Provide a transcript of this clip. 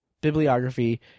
bibliography